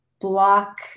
block